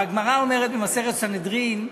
הגמרא אומרת במסכת סנהדרין,